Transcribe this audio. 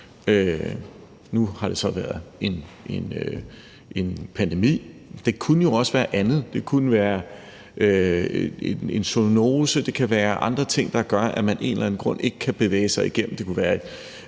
nu har det så været en pandemi, men det kunne jo også være andet, det kunne være en zoonose, det kunne være andre ting, der gør, at man af en eller anden grund ikke kan bevæge sig rundt,